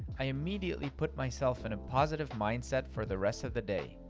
i immediately put myself in a positive mindset for the rest of the day,